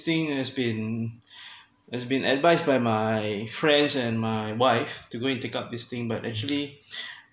thing has been has been advised by my friends and my wife to go and take up this thing but actually